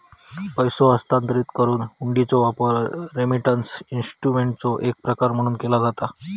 पैसो हस्तांतरित करुक हुंडीचो वापर रेमिटन्स इन्स्ट्रुमेंटचो एक प्रकार म्हणून केला जाता